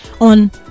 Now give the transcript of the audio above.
on